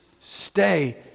stay